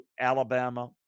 Alabama